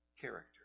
character